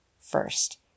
first